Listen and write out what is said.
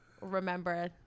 Remember